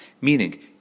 Meaning